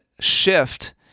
shift